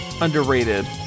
underrated